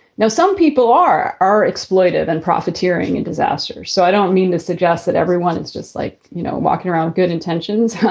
some people are are exploitive and profiteering and disaster. so i don't mean to suggest that everyone is just like, you know, walking around good intentions.